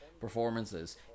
performances